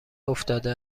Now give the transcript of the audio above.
افتاده